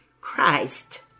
Christ